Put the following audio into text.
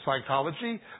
psychology